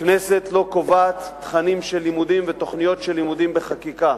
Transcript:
שהכנסת לא קובעת תכנים של לימודים ותוכניות לימודים בחקיקה.